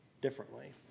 differently